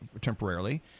temporarily